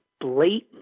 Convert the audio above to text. blatant